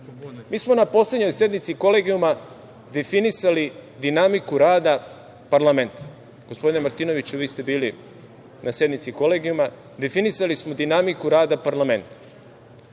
Mi smo na poslednjoj sednici Kolegijuma definisali dinamiku rada parlamenta. Gospodine Martinoviću, vi ste bili na sednici Kolegijuma, definisali smo dinamiku rada parlamenta.